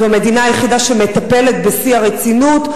זו המדינה היחידה שמטפלת בשיא הרצינות.